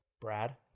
Brad